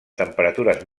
temperatures